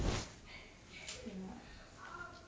ya